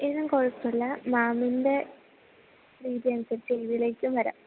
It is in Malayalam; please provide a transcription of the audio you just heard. ഇതും കുഴപ്പമില്ല മാമിൻ്റെ രീതി അനുസരിച്ച് ഇതിലേക്കും വരാം